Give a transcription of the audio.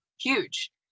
huge